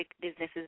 businesses